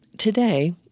today,